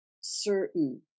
certain